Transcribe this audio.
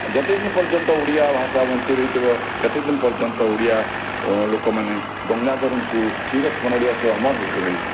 ଯେତେଦିନ ପର୍ଯ୍ୟନ୍ତ ଓଡ଼ିଆ ଭାଷା ବଞ୍ଚିରହିଥିବ ସେତେଦିନ ପର୍ଯ୍ୟନ୍ତ ଓଡ଼ିଆ ଲୋକମାନେ ଗଙ୍ଗାଧରଙ୍କୁ ଚିରସ୍ମରଣୀୟ ସେ ଅମର ହେଇକି ରହିବେ